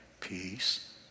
peace